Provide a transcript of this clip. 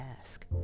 ask